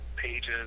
pages